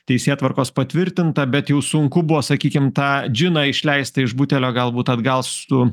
teisėtvarkos patvirtinta bet jau sunku buvo sakykim tą džiną išleistą iš butelio galbūt atgal su